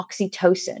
oxytocin